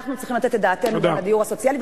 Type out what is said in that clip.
אנחנו צריכים לתת את דעתנו על הדיור הסוציאלי,